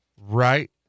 Right